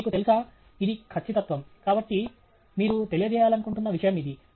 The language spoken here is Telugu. మీకు తెలుసా ఇది ఖచ్చితత్వం కాబట్టి మీరు తెలియజేయాలనుకుంటున్న విషయం ఇది